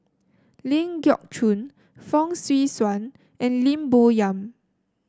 Ling Geok Choon Fong Swee Suan and Lim Bo Yam